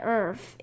earth